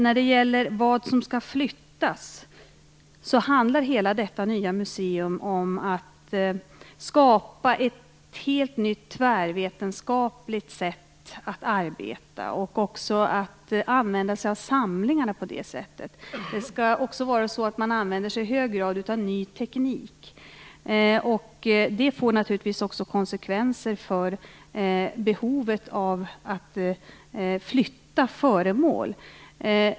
När det gäller frågan om vad som skall flyttas vill jag säga att hela detta nya museum handlar om att skapa ett helt nytt tvärvetenskapligt sätt att arbeta och att även använda sig av samlingarna på det sättet. Man skall också i hög grad använda sig av ny teknik. Det får naturligtvis också konsekvenser för behovet av att flytta föremål.